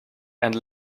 and